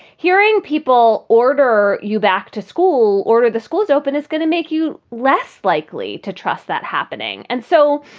hearing people order you back to school, ordered the schools open is going to make you less likely to trust that happening. and so,